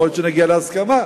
יכול להיות שנגיע להסכמה,